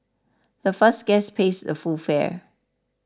the first guest pays the full fare